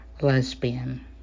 lesbian